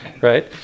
right